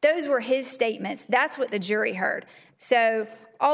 those were his statements that's what the jury heard so al